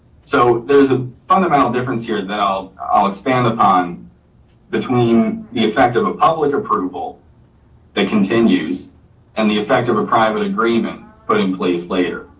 so there's a fundamental difference here that i'll i'll expand upon between the effect of a public approval that continues and the effect of a private agreement put in place later.